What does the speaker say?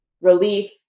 relief